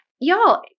Y'all